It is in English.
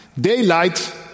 daylight